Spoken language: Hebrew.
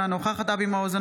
אינה נוכחת אבי מעוז,